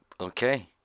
Okay